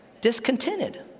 discontented